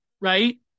right